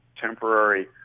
temporary